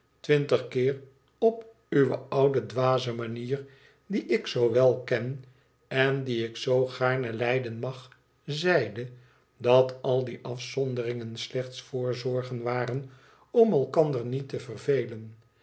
twintig keer op uwe oude dwaze manier die ik zoo wel ken en die ik zoo gaarne lijden mag zeidet dat al die afzonderingen slechts voorzorgen waren om elkander niet te vervelen